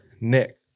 Nick